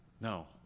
No